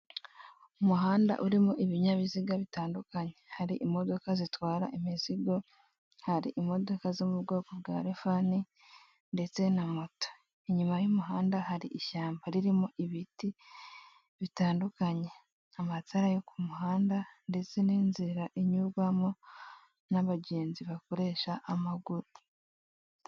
Umuhanda urimo ibinyabiziga bitandukanye hari imodoka zitwara imizigo, hari imodoka zo mu bwoko bwa rifani ndeste na moto, inyuma y'umuhanda hari ishyamaba ririmo ibiti bitandukanye, amatara yo ku muhanda ndetse n'inzira inyurwamo n'abagenzi bakoresha amaguru.